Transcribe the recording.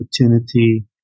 opportunity